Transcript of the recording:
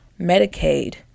Medicaid